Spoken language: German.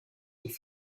die